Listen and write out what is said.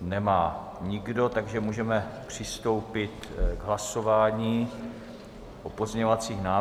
nemá nikdo, takže můžeme přistoupit k hlasování o pozměňovacích návrzích.